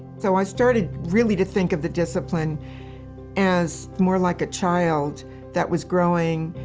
so i started really to think of the discipline as more like a child that was growing,